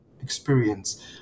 experience